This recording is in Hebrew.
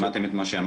כן.